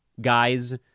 guys